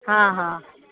हा हा